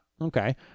okay